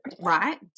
right